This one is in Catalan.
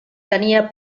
tenia